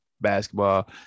basketball